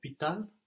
Hospital